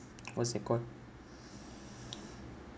what's that called